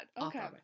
Okay